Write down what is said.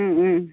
Om Om